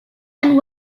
and